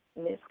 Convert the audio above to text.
Miss